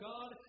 God